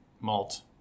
malt